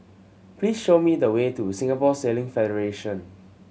please show me the way to Singapore Sailing Federation